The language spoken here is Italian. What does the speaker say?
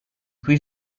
cui